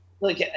Look